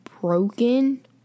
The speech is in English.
broken